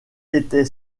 était